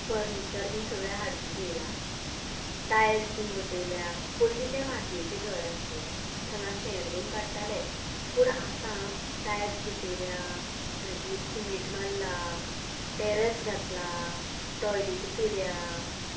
furniture बीन सगळे हाडून घेयलां टायल्स बीन बसयल्यां पयली तें मातयेचें घर आसलें थंगा शेण बीन काडटाले पूण आतां टायल्स बसयल्यात सिमेंट मारल्ला टॅरस घातलां टॉयलेटी केल्या